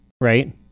right